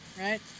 Right